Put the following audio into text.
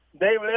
David